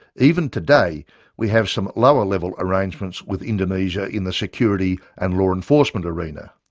even today we have some lower-level arrangements with indonesia in the security and law enforcement arena.